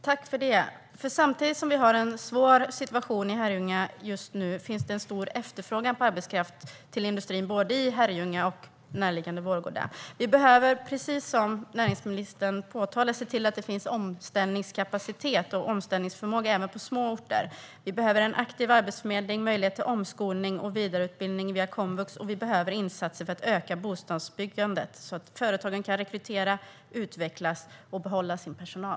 Herr talman! Samtidigt som vi har en svår situation i Herrljunga finns det en stor efterfrågan på arbetskraft till industrin i både Herrljunga och närliggande Vårgårda. Precis som näringsministern påpekar behöver vi se till att det finns omställningskapacitet och omställningsförmåga även på små orter. Vi behöver en aktiv arbetsförmedling, möjlighet till omskolning och vidareutbildning via komvux samt insatser för att öka bostadsbyggandet så att företag kan rekrytera, utvecklas och behålla sin personal.